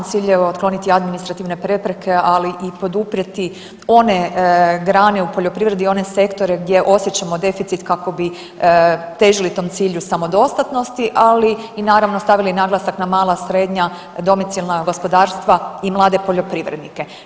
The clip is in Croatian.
Cilj je otkloniti administrativne prepreke, ali i poduprijeti one grane u poljoprivredi, one sektore gdje osjećamo deficit kako bi težili tom cilju samodostatnosti i naravno stavili naglasak na mala, srednja domicilna gospodarstva i mlade poljoprivrednike.